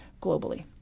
globally